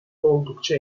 oldukça